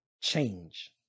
change